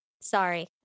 sorry